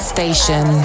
Station